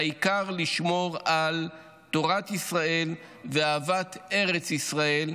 העיקר לשמור על תורת ישראל ואהבת ארץ ישראל,